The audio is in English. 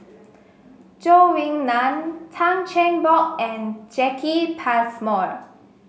Zhou Ying Nan Tan Cheng Bock and Jacki Passmore